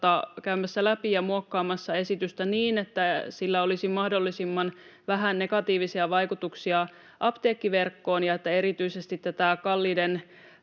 käymässä läpi ja muokkaamassa esitystä niin, että sillä olisi mahdollisimman vähän negatiivisia vaikutuksia apteekkiverkkoon ja että erityisesti tätä kalliiden